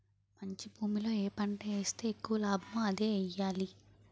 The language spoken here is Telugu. మంచి భూమిలో ఏ పంట ఏస్తే ఎక్కువ లాభమో అదే ఎయ్యాలి